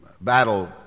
battle